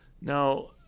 Now